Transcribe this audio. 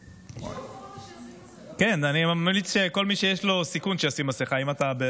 אני ממליץ שכל מי שבסיכון, שישים מסכה.